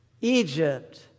Egypt